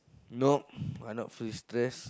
nope I not feel stress